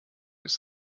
ist